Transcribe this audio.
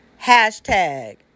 hashtag